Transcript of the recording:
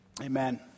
Amen